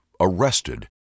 arrested